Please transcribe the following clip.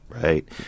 right